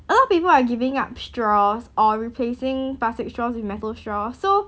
a lot of people are giving up straws or replacing plastic straws with metal straw so